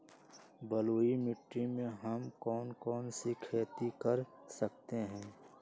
बलुई मिट्टी में हम कौन कौन सी खेती कर सकते हैँ?